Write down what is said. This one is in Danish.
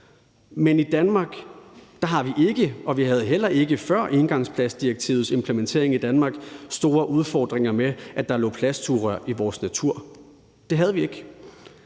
ikke, og vi havde heller ikke, før engangsplastdirektivets implementering i Danmark, store udfordringer med, at der lå plastsugerør i vores natur. Det havde vi ikke;